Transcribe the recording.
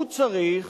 הוא צריך